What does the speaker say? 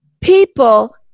People